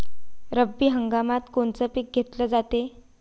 रब्बी हंगामात कोनचं पिक घेतलं जाते?